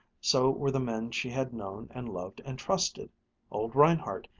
so were the men she had known and loved and trusted old reinhardt,